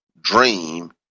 dream